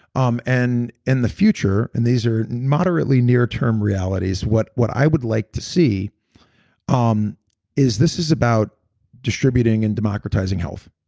um and in the future, and these are moderately near term realities, what what i would like to see um is this is about distributing and democratizing health.